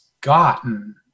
gotten